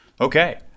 Okay